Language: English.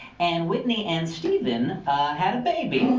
and with me and steven had a baby.